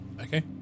Okay